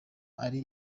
ari